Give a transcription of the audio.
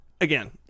again